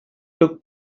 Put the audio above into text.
took